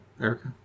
erica